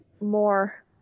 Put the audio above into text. more